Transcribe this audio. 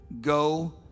Go